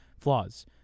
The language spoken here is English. flaws